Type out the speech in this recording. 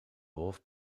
wolf